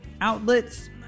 outlets